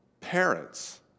parents